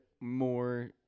more